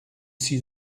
see